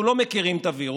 אנחנו לא מכירים את הווירוס,